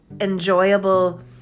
enjoyable